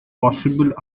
possible